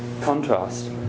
contrast